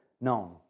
known